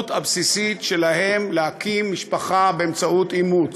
הבסיסית שלהן להקים משפחה באמצעות אימוץ.